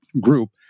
group